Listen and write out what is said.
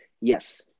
Yes